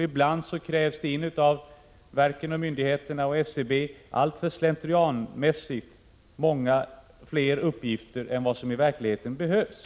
Ibland kräver verken och myndigheterna, som SCB, alltför slentrianmässigt att få in många fler uppgifter än som i verkligheten behövs.